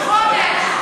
חודש.